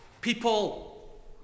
People